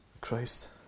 Christ